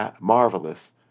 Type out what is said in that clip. marvelous